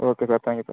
okay sir thank you sir